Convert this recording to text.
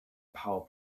power